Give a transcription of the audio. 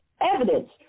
evidence